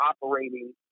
operating